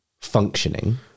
functioning